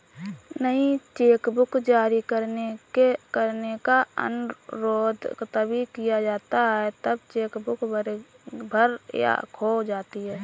नई चेकबुक जारी करने का अनुरोध तभी किया जाता है जब चेक बुक भर या खो जाती है